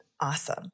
Awesome